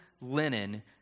linen